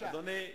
אדוני,